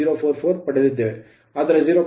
44 ಪಡೆದಿದ್ದೇವೆ